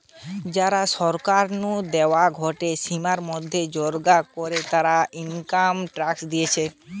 যারা সরকার নু দেওয়া গটে সীমার মধ্যে রোজগার করে, তারা ইনকাম ট্যাক্স দিতেছে